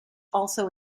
also